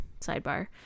sidebar